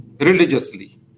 religiously